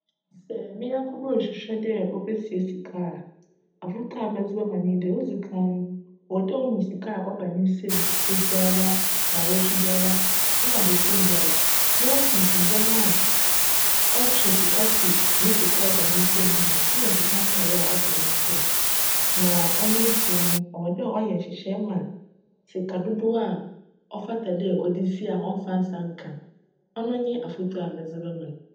Sj me nyjnko bi rohwehwj dj obesie sika a, afotu a medze bjma no nye dj, odzi kan no cwc dj ohu sika a cba ne nsa mu dabiara, ndaawctwe biara nna bosoom biara na ohu ndzjmba a ctwe ne sika a cba ne nsamu no mu nna sika nkae a cka ne nsamu. Na cno ekyir no, cwc dj cyj nhyehyjj ma sika dodow a cfata dj cdze sie a cmfa nsa nka. Cno nye afotu a medze bjma no.